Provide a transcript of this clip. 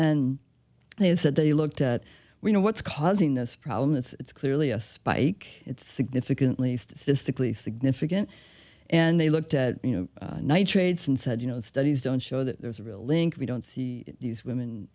and they said they looked at we know what's causing this problem it's clearly a spike it's significantly statistically significant and they looked at you nitrate know aids and said you know the studies don't show that there's a real link we don't see these women